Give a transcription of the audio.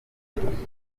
baturage